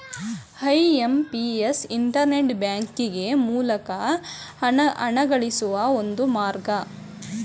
IMPS internet banking ಮೂಲಕ ಹಣಗಳಿಸುವ ಒಂದು ಮಾರ್ಗ